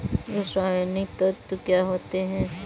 रसायनिक तत्व क्या होते हैं?